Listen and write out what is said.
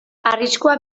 arriskua